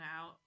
out